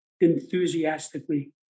enthusiastically